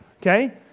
Okay